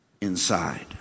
inside